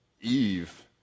Eve